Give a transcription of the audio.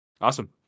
Awesome